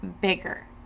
bigger